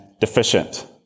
deficient